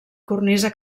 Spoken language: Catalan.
cornisa